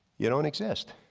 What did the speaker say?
you don't exist.